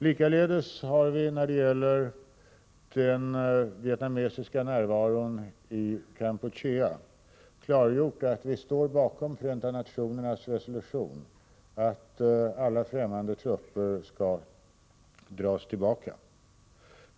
Likaledes har vi när det gäller den vietnamesiska närvaron i Kampuchea klargjort att vi står bakom Förenta nationernas resolution, som säger att alla främmande trupper skall dras tillbaka.